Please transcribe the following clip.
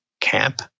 camp